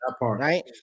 Right